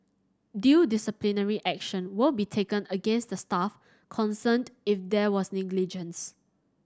due disciplinary action will be taken against the staff concerned if there was negligence